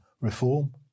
reform